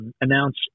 announce